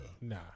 nah